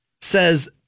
says